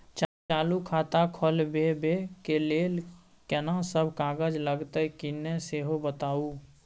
चालू खाता खोलवैबे के लेल केना सब कागज लगतै किन्ने सेहो बताऊ?